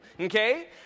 Okay